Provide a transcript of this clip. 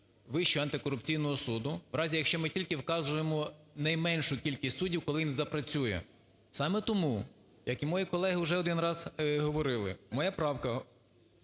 Вищого антикорупційного суду в разі, якщо ми тільки вказуємо найменшу кількість суддів, коли він запрацює. Саме тому, як і мої колеги вже один раз говорили, моя правка